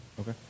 Okay